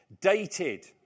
dated